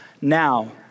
now